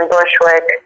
Bushwick